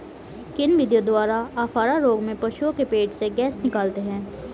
किन विधियों द्वारा अफारा रोग में पशुओं के पेट से गैस निकालते हैं?